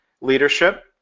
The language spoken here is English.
leadership